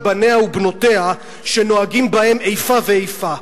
בניה ובנותיה כי נוהגים בהם איפה ואיפה.